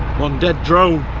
one dead drone.